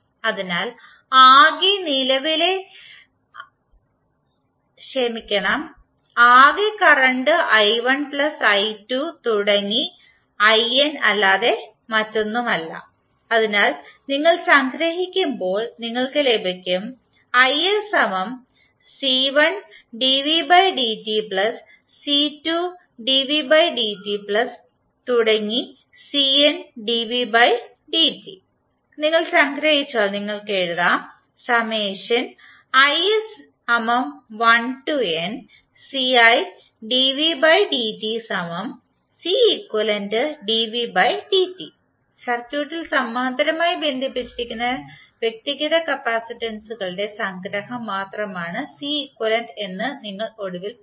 അതിനാൽ ആകെ നിലവിലെ i1 പ്ലസ് i2 തുടങ്ങി in അല്ലാതെ മറ്റൊന്നുമല്ല അതിനാൽ നിങ്ങൾ സംഗ്രഹിക്കുമ്പോൾ നിങ്ങൾക്ക് ലഭിക്കും നിങ്ങൾ സംഗ്രഹിച്ചാൽ നിങ്ങൾക്ക് എഴുതാം സർക്യൂട്ടിൽ സമാന്തരമായി ബന്ധിപ്പിച്ചിരിക്കുന്ന വ്യക്തിഗത കപ്പാസിറ്റൻസുകളുടെ സംഗ്രഹം മാത്രമാണ് Ceq എന്ന് നിങ്ങൾ ഒടുവിൽ പറയും